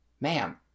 Ma'am